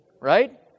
right